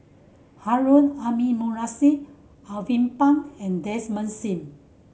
Harun Aminurrashid Alvin Pang and Desmond Sim